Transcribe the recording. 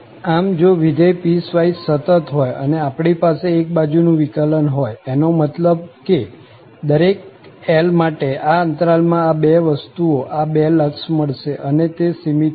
આમ જો વિધેય પીસવાઈસ સતત હોય અને આપણી પાસે એક બાજુ નું વિકલન હોય એનો મતલબ કે દરેક L માટે આ અંતરાલ માં આ બે વસ્તુઓ આ બે લક્ષ મળશે અને તે સીમિત હશે